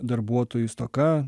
darbuotojų stoka